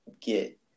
get